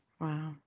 Wow